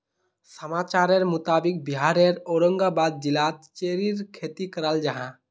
समाचारेर मुताबिक़ बिहारेर औरंगाबाद जिलात चेर्रीर खेती कराल जाहा